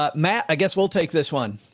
ah matt, i guess we'll take this one,